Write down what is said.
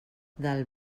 del